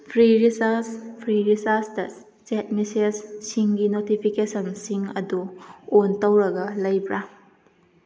ꯐ꯭ꯔꯤꯔꯤꯆꯥꯔꯁ ꯐ꯭ꯔꯤꯔꯤꯆꯥꯔꯁꯇ ꯆꯦꯠ ꯃꯤꯁꯦꯁꯁꯤꯡꯒꯤ ꯅꯣꯇꯤꯐꯤꯀꯦꯁꯟꯁꯤꯡ ꯑꯗꯨ ꯑꯣꯟ ꯇꯧꯔꯒ ꯂꯩꯕ꯭ꯔ